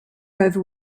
over